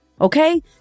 Okay